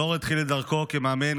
דרור התחיל את דרכו בכדורגל,